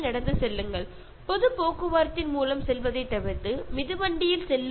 കഴിയുന്ന സമയങ്ങളിൽ നിങ്ങൾക്ക് പൊതു ഗതാഗതം ഉപേക്ഷിച്ച് സൈക്കിൾ ഉപയോഗിക്കാം